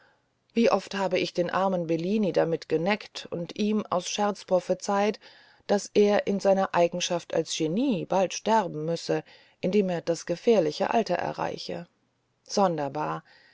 wie oft habe ich den armen bellini damit geneckt und ihm aus scherz prophezeit daß er in seiner eigenschaft als genie bald sterben müsse indem er das gefährliche alter erreiche sonderbar